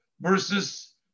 versus